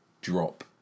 drop